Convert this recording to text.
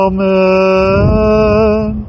Amen